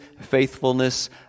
faithfulness